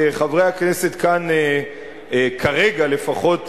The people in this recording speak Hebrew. שחברי הכנסת כאן כרגע לפחות,